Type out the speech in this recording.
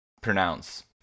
pronounce